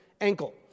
ankle